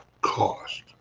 cost